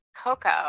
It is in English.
Coco